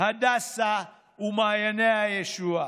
בהדסה ובמעייני הישועה,